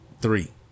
Three